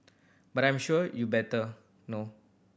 but I'm sure you better know